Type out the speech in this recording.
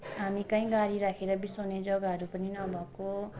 हामी कहीँ गाडी राखेर बिसाउने जगाहरू पनि नभएको